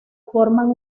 forman